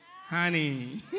honey